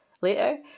later